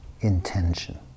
intention